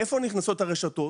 איפה נכנסות הרשתות?